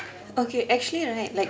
okay actually right like